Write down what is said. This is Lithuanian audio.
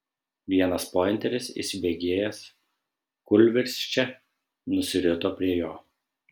vienas pointeris įsibėgėjęs kūlvirsčia nusirito prie jo